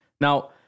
Now